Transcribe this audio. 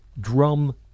drum